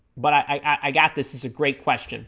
but i got this is a great question